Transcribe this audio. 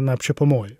na apčiuopiamoji